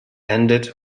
ended